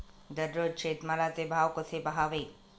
दररोज शेतमालाचे भाव कसे पहावे?